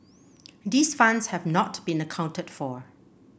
these funds have not been accounted for